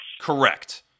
Correct